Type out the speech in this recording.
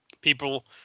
People